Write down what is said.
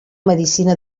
medicina